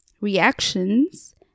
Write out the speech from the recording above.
reactions